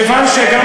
כיוון שגם